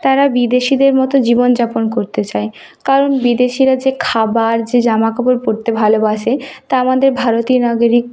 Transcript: তারা বিদেশীদের মতো জীবনযাপন করতে চায় কারণ বিদেশীরা যে খাবার যে জামা কাপড় পরতে ভালোবাসে তা আমাদের ভারতীয় নাগরিক